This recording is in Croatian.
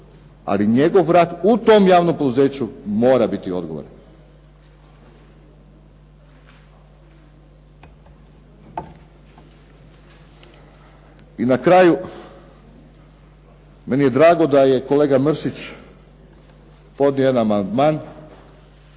ali njegov rad u tom javnom poduzeću mora biti odgovoran. I na kraju, meni je drago da je kolega Mršić podnio jedan amandman